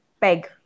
peg